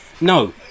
No